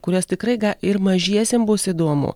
kuriuos tikrai ir mažiesiem bus įdomu